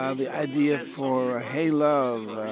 ah the idea for ah hey love.